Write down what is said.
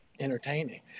entertaining